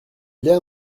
l’air